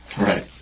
Right